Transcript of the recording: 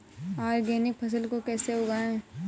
Organic फसल को कैसे उगाएँ?